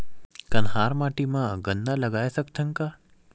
कन्हार माटी म गन्ना लगय सकथ न का?